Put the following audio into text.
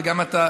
וגם לך,